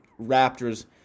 Raptors